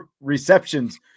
receptions